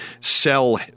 sell